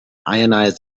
ionized